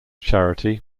charity